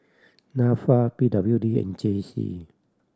Nafa P W D and J C